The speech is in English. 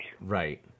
Right